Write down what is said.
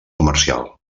comercial